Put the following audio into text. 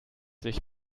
sich